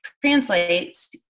translates